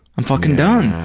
i'm fucking done,